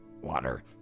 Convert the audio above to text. Water